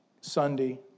Sunday